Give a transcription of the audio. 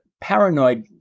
paranoid